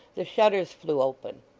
the shutters flew open.